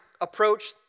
approach